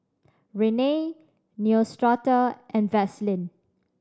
Rene Neostrata and Vaselin